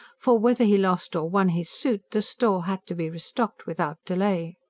for, whether he lost or won his suit, the store had to be restocked without delay.